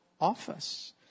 Office